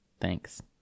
Thanks